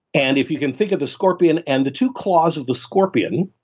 and if you can think of the scorpion and the two claws of the scorpion,